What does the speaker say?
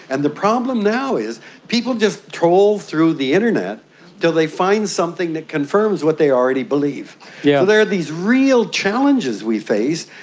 and the problem now is people just trawl through the internet until they find something that confirms what they already believe. so yeah there are these real challenges we face.